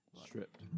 Stripped